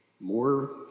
more